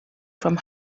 from